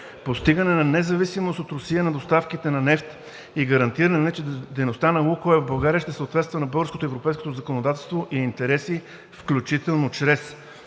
постигане на независимост от Русия на доставките на нефт и гарантиране, че дейността на „Лукойл“ в България ще съответства на българското и европейското законодателство и интереси, включително чрез